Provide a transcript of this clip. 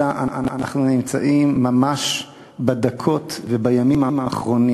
אלא אנחנו נמצאים ממש בדקות ובימים האחרונים